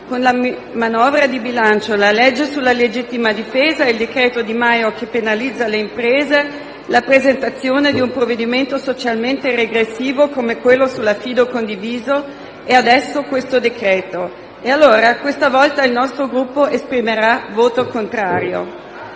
con la manovra di bilancio, la legge sulla legittima difesa, il decreto-legge Di Maio che penalizza le imprese, la presentazione di un provvedimento socialmente regressivo come quello sull'affido condiviso e adesso questo decreto-legge. Questa volta, allora, il nostro Gruppo esprimerà un voto contrario.